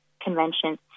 Convention